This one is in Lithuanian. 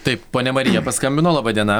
taip ponia marija paskambino laba diena